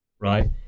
right